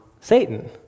Satan